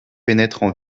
pénètrent